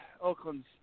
Oakland